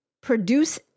produce